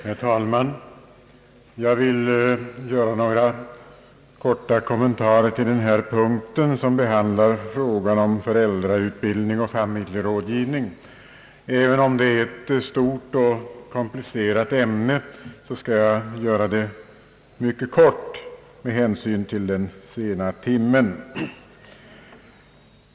Herr talman! Jag vill göra några korta kommentarer till den här punkten, som behandlar frågan om föräldrautbildning och familjerådgivning. Även om det är ett stort och komplicerat ämne skall jag göra det mycket kort med hänsyn till den sena timmen.